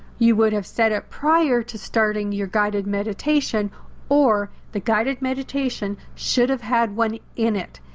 you would have said it prior to starting your guided meditation or the guided meditation should have had one in it.